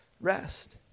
rest